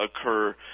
occur